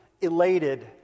elated